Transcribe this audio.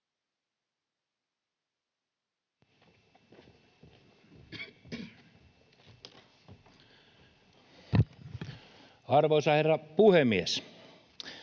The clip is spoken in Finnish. Arvoisa herra puhemies!